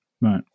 Right